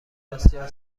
بسیار